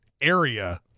area